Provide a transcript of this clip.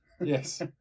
Yes